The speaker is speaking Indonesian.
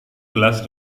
gelas